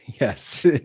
yes